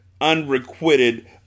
unrequited